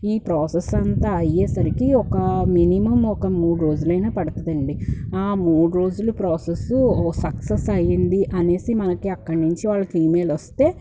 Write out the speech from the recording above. ఈ ప్రాసెస్ అంతా అయ్యేసరికి ఒకా మినిమం ఒక మూడు రోజులైనా పడుతుందండి ఆ మూడు రోజులప్రాసెస్సు సక్సెస్ అయ్యింది అనేసి మనకి అక్కది నుంచి వాళ్ళకి ఈమెయిల్ వస్తే